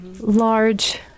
large